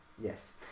Yes